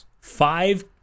Five